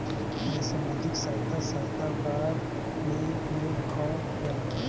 मैं समाजिक सहायता सहायता बार मैं योग हवं कौन?